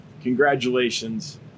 Congratulations